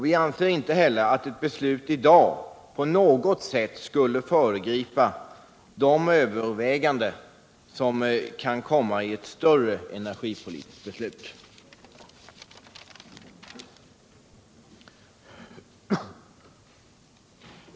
Vi anser också att ett beslut i dag inte på något sätt skulle föregripa de överväganden som måste föregå ett större energipolitiskt beslut.